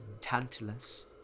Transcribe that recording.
Tantalus